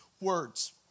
words